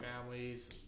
families